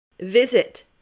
Visit